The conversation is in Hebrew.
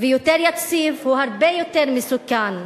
ויותר יציב הוא הרבה יותר מסוכן.